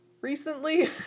recently